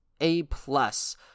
A-plus